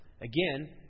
Again